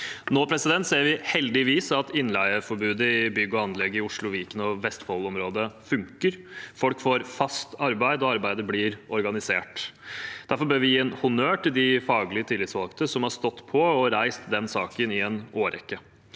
sjefene sine. Nå ser vi heldigvis at innleieforbudet innen bygg og anlegg i Oslo, Viken og Vestfold-området funker. Folk får fast arbeid, og arbeidet blir organisert. Derfor bør vi gi en honnør til de faglig tillitsvalgte som har stått på og reist den saken i en årrekke.